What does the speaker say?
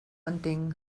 entenc